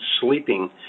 sleeping